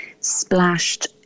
splashed